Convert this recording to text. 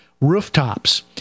rooftops